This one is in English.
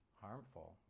harmful